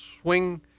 swing